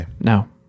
No